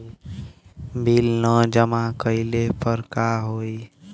Bill न जमा कइले पर का होई?